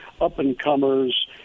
up-and-comers